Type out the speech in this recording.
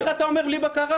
איך אתה אומר בלי בקרה?